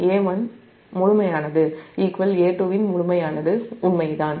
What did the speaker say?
A1 இன் முழுமையானது A2 இன் முழுமையானது உண்மைதான்